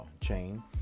chain